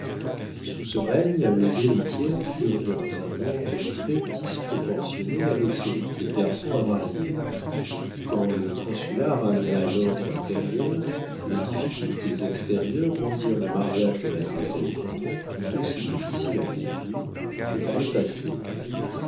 sous ce règne les héritières furent dans un nombre très disproportionné avec celui des garçons à marier quand le consulat ramena l'ordre intérieur les difficultés extérieures rendirent le mariage de mademoiselle cormon tout aussi difficile à conclure que par le passé